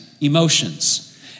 emotions